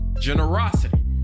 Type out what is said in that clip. generosity